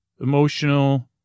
emotional